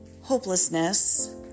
hopelessness